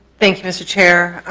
thank you mr. chair.